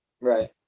right